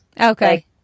okay